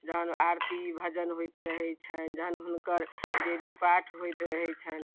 जहन आरती भजन होइत रहैत छनि जहन हुनकर देवी पाठ होइत रहै छनि